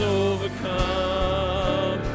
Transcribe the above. overcome